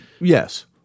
Yes